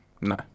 No